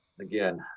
again